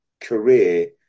career